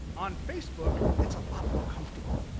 on facebook it's a lot more comfortable,